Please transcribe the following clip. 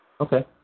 Okay